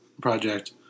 Project